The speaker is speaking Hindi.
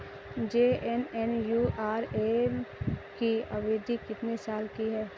जे.एन.एन.यू.आर.एम की अवधि कितने साल की है?